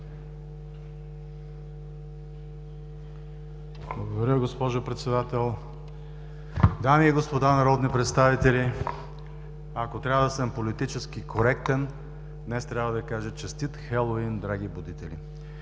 Благодаря, госпожо Председател. Дами и господа народни представители, ако трябва да съм политически коректен, днес трябва да Ви кажа: честит Хелоуин, драги будители!